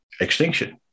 extinction